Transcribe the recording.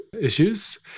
issues